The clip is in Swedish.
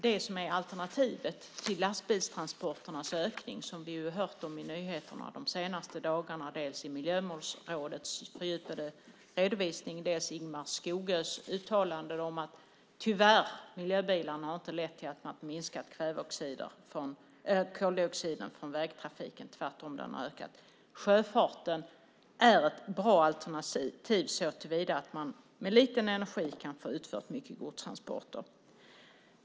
Den är ett alternativ till lastbilstransporterna vars ökning vi har hört om på nyheterna de senaste dagarna. Det handlar dels om Miljömålsrådets fördjupade redovisning, dels om Ingemar Skogös uttalande om att miljöbilarna tyvärr inte har lett till att koldioxiden från vägtrafiken har minskat. Den har tvärtom ökat. Sjöfarten är ett bra alternativ såtillvida att man med lite energi kan utföra mycket godstransporter.